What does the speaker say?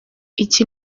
iki